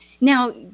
now